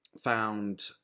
found